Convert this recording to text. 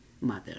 mother